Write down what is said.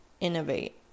innovate